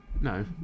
no